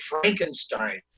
Frankenstein